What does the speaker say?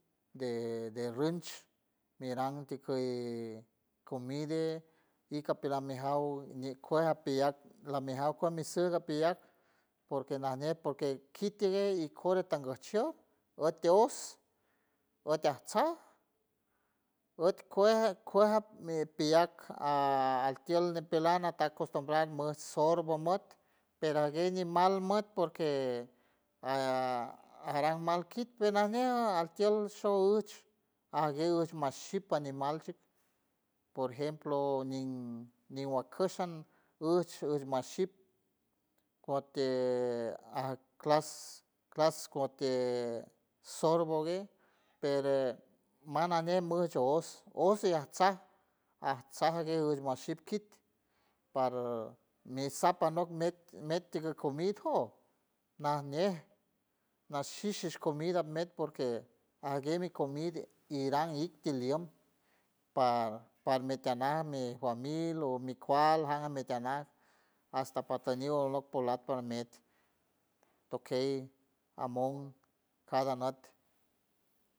De de rinch miran a ti cuy comide ika piran mi jaw ñi cuej apiyak lami jauco amisuga apiyak porque najñe porque kit tiaguey ikora tango chiold o tioous otio atsa ot cuej cuejan mi piyak al altiel nipeland natan costumbrad muss sorbo muot pero aguey animal muot porque aa aran mal kit kenajñe ja altiold shouch aguey uch maship panimal ship por ejemplo nin nin guacusha ush maship cuetie a clas clas cuoti sorbo gue pere mas nane musho oos ose y atsa atsa aguey gush guasa kit par mi sapa anok met met ti mi comid joo najñe nashishix comida met porque aguer mi comide iran itild tiliond par par mitiaran mi juamil o mi cuald ja me tianam hasta pata niulon polat para mit tokey amon cada not.